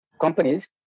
companies